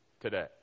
today